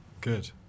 Good